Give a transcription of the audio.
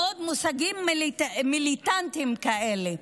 מושגים מאוד מיליטנטיים כאלה.